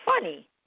funny